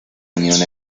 unión